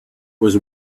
was